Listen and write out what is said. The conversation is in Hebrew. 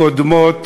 קודמות